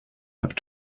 have